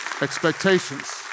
expectations